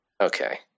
Okay